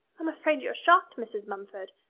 i'm afraid you're shocked, mrs. mumford.